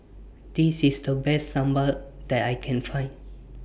This IS The Best Sambal that I Can Find